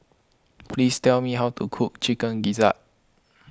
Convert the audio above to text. please tell me how to cook Chicken Gizzard